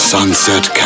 Sunset